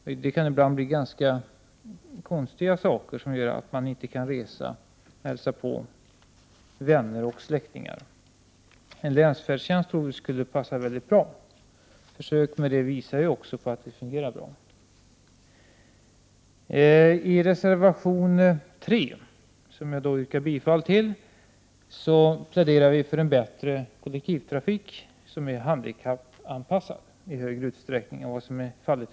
Ibland kan det vara ganska konstiga saker som gör att vederbörande inte kan resa för att hälsa på vänner och släktingar. Vi tror att en länsfärdtjänst skulle passa mycket bra. Försök visar också att det hela fungerar bra. I reservation 3, som jag yrkar bifall till, pläderar vi för en bättre kollektivtrafik, en kollektivtrafik som i större utsträckning än i dag är handikappanpassad.